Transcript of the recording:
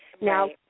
Now